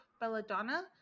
Belladonna